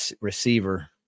receiver